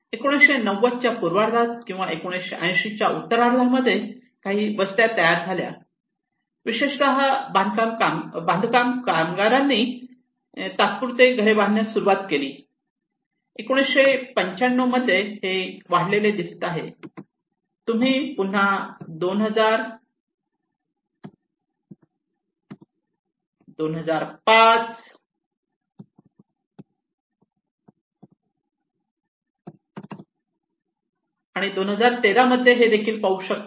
1990 च्या पूर्वार्धात किंवा 1980 च्या उत्तरार्धात मध्ये काही वस्त्या तयार झाल्या आहेत विशेषत बांधकाम कामगारांनी तात्पुरती घरे बांधायला सुरुवात केली 1995 मध्ये हे वाढलेले दिसत आहे तुम्ही पुन्हा 20002005 आणि 2013 मध्ये देखील हे पाहू शकतात